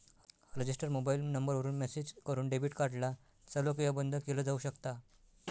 register mobile number वरून message करून debit card ला चालू किंवा बंद केलं जाऊ शकता